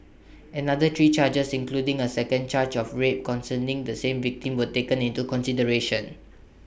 another three charges including A second charge of rape concerning the same victim were taken into consideration